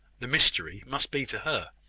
the mystery, must be to her.